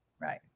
right